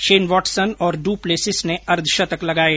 Shane Watson और du Plessis ने अर्द्वशतक लगाये